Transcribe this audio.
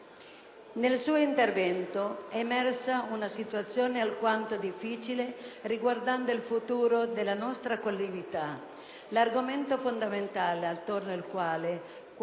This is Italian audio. Nel suo intervento è emersa una situazione alquanto difficile riguardo il futuro della nostra collettività. L'argomento fondamentale, attorno al quale ruota